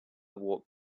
walked